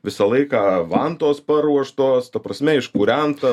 visą laiką vantos paruoštos ta prasme išpurenta